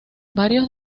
varios